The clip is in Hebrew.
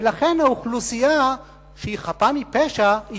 ולכן האוכלוסייה שהיא חפה מפשע,